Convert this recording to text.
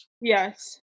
Yes